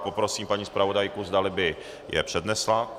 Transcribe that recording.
Poprosím paní zpravodajku, zdali by je přednesla.